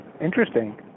Interesting